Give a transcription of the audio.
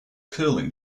curling